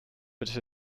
but